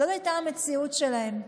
זאת הייתה המציאות שלהם.